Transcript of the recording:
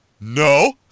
No